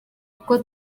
kuko